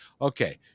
okay